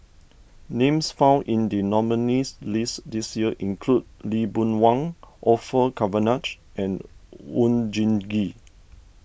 names found in the nominees' list this year include Lee Boon Wang Orfeur Cavenagh and Oon Jin Gee